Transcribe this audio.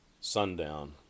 sundown